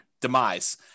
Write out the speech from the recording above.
demise